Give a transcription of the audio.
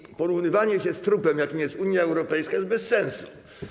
I porównywanie się z trupem, jakim jest Unia Europejska, jest bez sensu.